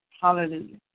Hallelujah